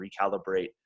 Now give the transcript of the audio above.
recalibrate